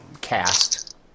cast